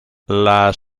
las